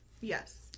Yes